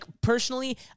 personally